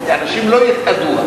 כי אנשים לא יתאיידו.